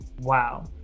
Wow